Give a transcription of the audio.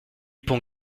pont